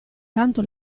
tanto